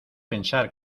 pensar